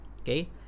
Okay